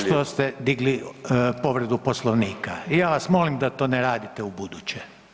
što ste digli povredu Poslovnika, ja vas molim da to ne radite ubuduće.